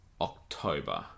October